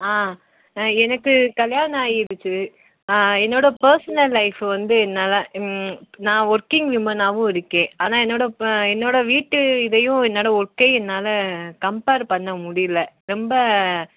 ஆ ஆ எனக்கு கல்யாணம் ஆகிடுச்சி ஆ என்னோடய பெர்சனல் லைஃப் வந்து என்னால் ம் நான் ஒர்க்கிங் விமனாகவும் இருக்கேன் ஆனால் என்னோடய ப என்னோடய வீட்டு இதையும் என்னோடய ஒர்க்கையும் என்னால் கம்ப்பேர் பண்ண முடியல ரொம்ப